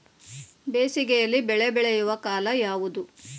ಬೇಸಿಗೆ ಯಲ್ಲಿ ಬೆಳೆ ಬೆಳೆಯುವ ಕಾಲ ಯಾವುದು?